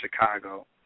Chicago